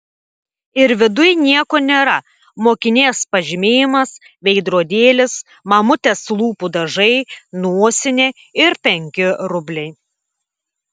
ir viduj nieko nėra mokinės pažymėjimas veidrodėlis mamutės lūpų dažai nosinė ir penki rubliai